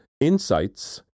insights